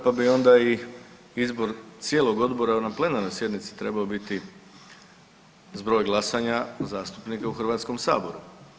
Pa bi onda i izbor cijelog Obora na plenarnoj sjednici trebao biti zbroj glasanja zastupnika u Hrvatskom saboru.